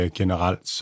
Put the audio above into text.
generelt